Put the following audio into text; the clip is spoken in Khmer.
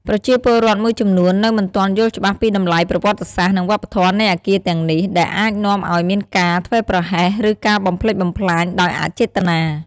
ប្រជាពលរដ្ឋមួយចំនួននៅមិនទាន់យល់ច្បាស់ពីតម្លៃប្រវត្តិសាស្ត្រ និងវប្បធម៌នៃអគារទាំងនេះ ដែលអាចនាំឱ្យមានការធ្វេសប្រហែស ឬការបំផ្លិចបំផ្លាញដោយអចេតនា។